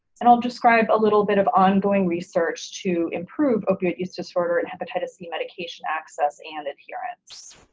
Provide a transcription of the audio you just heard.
and i'll describe a little bit of ongoing research to improve opiate use disorder and hepatitis c medication access and adherence.